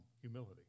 humility